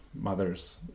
mothers